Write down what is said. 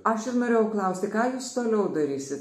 aš ir norėjau klausti ką jūs toliau darysit